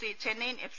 C Chennaiyin F